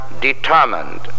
determined